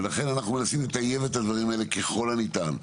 לכן אנחנו מנסים לטייב את הדברים האלה ככל הניתן.